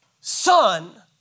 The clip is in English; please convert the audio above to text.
son